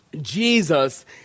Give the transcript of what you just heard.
Jesus